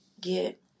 get